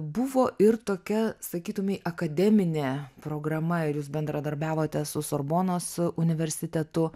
buvo ir tokia sakytumei akademinė programa ir jūs bendradarbiavote su sorbonos universitetu